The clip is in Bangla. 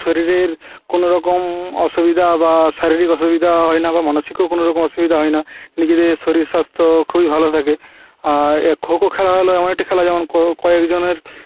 শরীরের কোনো রকম অসুবিধা বা শারীরিক অসুবিদা হয় না বা মানসিকও কোনো রকম অসুবিধা হয় না নিজেদের শরীর স্বাস্থ্য খুবই ভালো থাকে আর খোখো খেলা হল এমন একটি খেলা যেমন কয়েকজনের